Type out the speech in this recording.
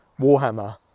Warhammer